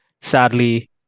sadly